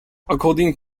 according